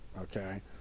okay